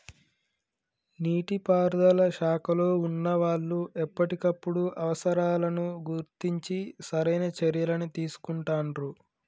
నీటి పారుదల శాఖలో వున్నా వాళ్లు ఎప్పటికప్పుడు అవసరాలను గుర్తించి సరైన చర్యలని తీసుకుంటాండ్రు